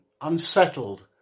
unsettled